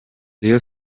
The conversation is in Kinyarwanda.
rayon